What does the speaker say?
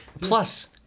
plus